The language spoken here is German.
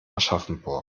aschaffenburg